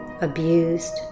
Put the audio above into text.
abused